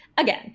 Again